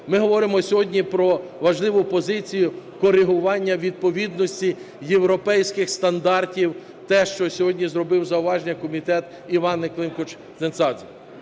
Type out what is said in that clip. Ми говоримо сьогодні про важливу позицію коригування відповідності європейських стандартів, те, що сьогодні зробив зауваження комітет Іванни Климпуш-Цинцадзе.